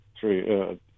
three